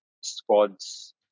squads